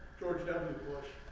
george w. bush,